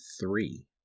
three